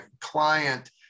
client